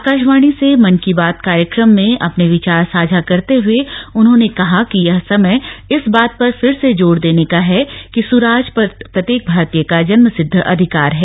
आकाशवाणी से मन की बात कार्यक्रम में अपने विचार साझा करते हए उन्होंने कहा कि यह समय इस बात पर फिर से जोर देने का है कि सुराज प्रत्येक भारतीय का जन्मसिद्द अधिकार है